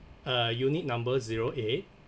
uh unit number zero eight